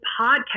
podcast